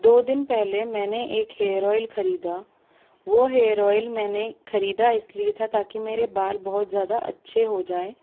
दो दिन पहले मैंने एक हेयर ओइल खरीदा वो हेयर ओइल मैंने खरीदा इसलिए था ताकि मेरे बाल बहुत ज़्यादा अच्छे हो जाएँ